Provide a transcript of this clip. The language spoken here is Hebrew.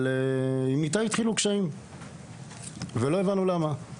אבל עם ניתאי התחילו קשיים ואנחנו לא הבנו למה.